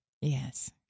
Yes